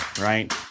Right